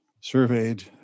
surveyed